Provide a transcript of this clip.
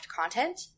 content